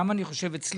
אני חושב שגם אצלך,